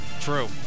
True